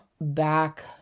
back